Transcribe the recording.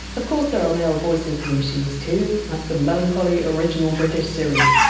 of course, there are male voices for the machines too, like the melancholy original british siri.